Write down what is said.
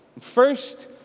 First